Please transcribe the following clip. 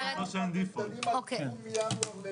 התיקון הקפיטציוני הוא מאוד משמעותי